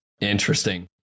Interesting